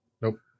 Nope